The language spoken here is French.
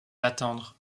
attendre